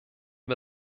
wir